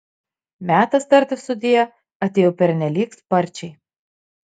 metas tarti sudie atėjo pernelyg sparčiai